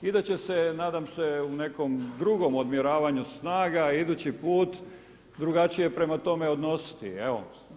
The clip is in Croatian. Inače se, nadam se u nekom drugom odmjeravanju snaga idući put drugačije prema tome odnositi, evo.